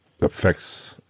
Affects